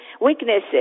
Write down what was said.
weaknesses